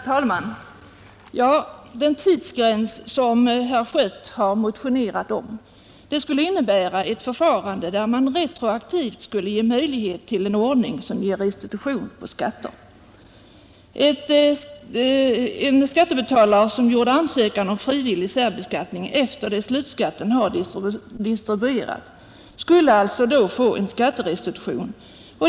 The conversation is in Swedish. Herr talman! Den tidsgräns som herr Schött har motionerat om skulle innebära att man retroaktivt skulle möjliggöra en ordning som ger restitution på skatter. En skattebetalare som gjorde ansökan om frivillig särbeskattning efter det att slutskattesedeln har distribuerats skulle alltså då få en skatterestitution.